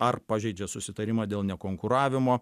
ar pažeidžia susitarimą dėl nekonkuravimo